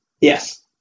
Yes